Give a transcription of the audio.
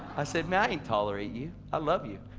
i said, man i ain't tolerating you, i love you.